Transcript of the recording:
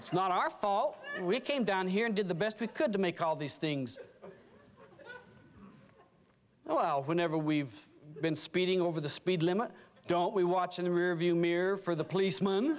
it's not our fault we came down here and did the best we could to make all these things well whenever we've been speeding over the speed limit don't we watch in the rearview mirror for the